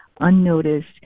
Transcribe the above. unnoticed